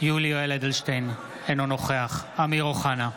יולי יואל אדלשטיין, אינו נוכח אמיר אוחנה,